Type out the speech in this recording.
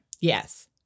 Yes